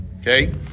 Okay